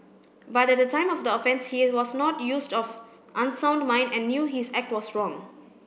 but at the time of the offence he was not use of unsound mind and knew his act was wrong